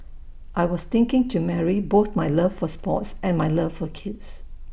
I was thinking to marry both my love for sports and my love for kids